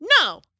no